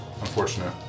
unfortunate